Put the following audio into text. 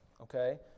Okay